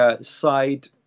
side